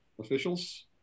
officials